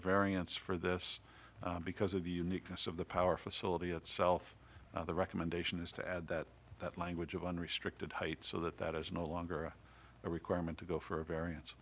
variance for this because of the uniqueness of the power facility itself the recommendation is to add that that language of unrestricted height so that that is no longer a requirement to go for a varian